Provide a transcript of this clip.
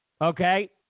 okay